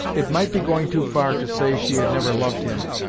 it might be going too far to say she had never loved him,